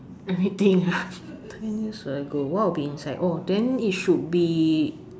let me think ah ten years ago what will be inside oh then it should be